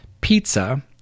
pizza